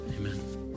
amen